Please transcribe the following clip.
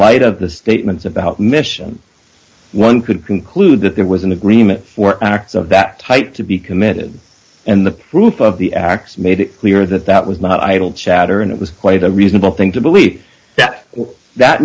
light of the statements about mission one could conclude that there was an agreement for an act of that type to be committed and the proof of the acts made it clear that that was not idle chatter and it was quite a reasonable thing to believe that that